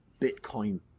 Bitcoin